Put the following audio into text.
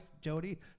Jody